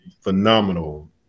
phenomenal